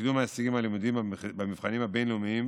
לקידום ההישגים הלימודיים במבחנים הבין-לאומיים